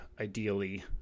ideally